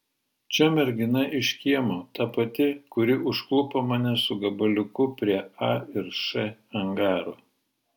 čia mergina iš kiemo ta pati kuri užklupo mane su gabaliuku prie a ir š angaro